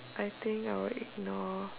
I think I would ignore